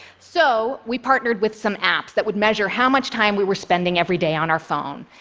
so we partnered with some apps that would measure how much time we were spending every day on our phone.